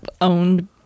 owned